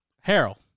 Harold